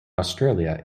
australia